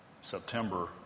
September